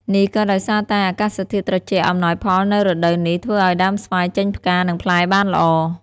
នេះក៏ដោយសារតែអាកាសធាតុត្រជាក់អំណោយផលនៅរដូវនេះ ធ្វើឲ្យដើមស្វាយចេញផ្កា និងផ្លែបានល្អ។